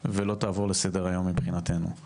ולא תעבור לסדר היום מבחינתנו,